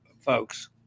folks